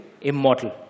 immortal